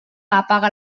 apaga